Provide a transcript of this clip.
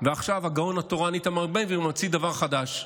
ועכשיו הגאון התורן איתמר בן גביר ממציא דבר חדש.